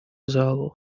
залу